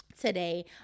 today